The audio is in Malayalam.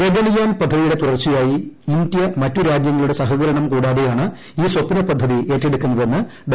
ഗഗൻയാൻ പദ്ധതിയുടെ തുടർച്ചയായി ഇന്ത്യ മറ്റ് രാജ്യങ്ങളുടെ സഹകരണം കൂടാതെയാണ് ഈ സ്വപ്ന പദ്ധതി ഏറ്റെടുക്കുന്നതെന്ന് ഡോ